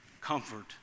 comfort